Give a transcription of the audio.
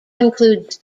includes